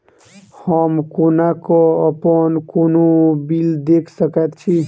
हम कोना कऽ अप्पन कोनो बिल देख सकैत छी?